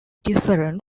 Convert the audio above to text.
different